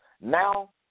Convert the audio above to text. Now